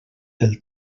del